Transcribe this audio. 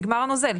נגמר הנוזל.